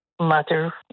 mother